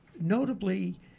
notably